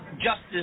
justice